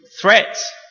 threats